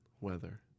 Weather